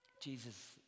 Jesus